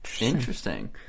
Interesting